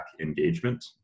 engagement